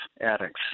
addicts